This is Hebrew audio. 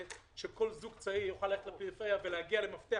היא שכל זוג צעיר יוכל ללכת לפריפריה ולהגיע למפתח,